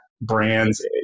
brands